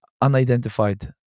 unidentified